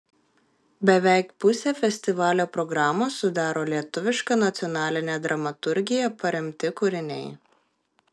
beveik pusę festivalio programos sudaro lietuviška nacionaline dramaturgija paremti kūriniai